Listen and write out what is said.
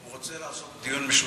הוא רוצה לעשות דיון משותף.